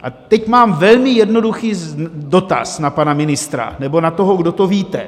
A teď mám velmi jednoduchý dotaz na pana ministra, nebo na toho, kdo to víte.